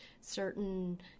certain